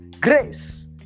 Grace